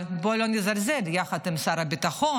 אבל בוא לא נזלזל, יחד עם שר הביטחון,